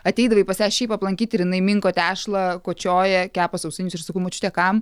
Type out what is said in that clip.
ateidavai pas ją šiaip aplankyt ir jinai minko tešlą kočioja kepa sausainius ir sakau močiute kam